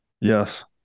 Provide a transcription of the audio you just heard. Yes